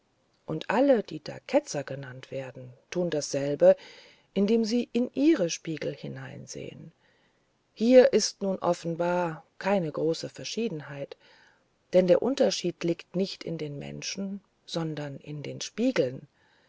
und alle die da ketzer genannt werden tun dasselbe indem sie in ihre spiegel hineinsehen hier ist nun offenbar keine große verschiedenheit denn der unterschied liegt nicht in den menschen sondern in den spiegeln